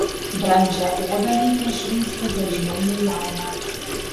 brandžią odą reikia šveisti dažniau nei jauną